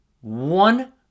one